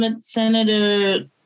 Senator